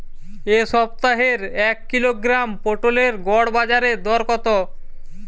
এ সপ্তাহের এক কিলোগ্রাম পটলের গড় বাজারে দর কত?